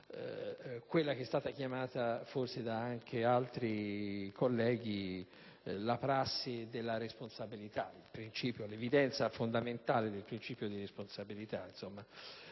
quella che è stata chiamata anche da altri colleghi la prassi della responsabilità, l'evidenza fondamentale del principio di responsabilità: